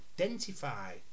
identify